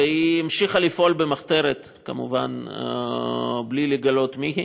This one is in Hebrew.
והיא המשיכה לפעול במחתרת, כמובן בלי לגלות מי היא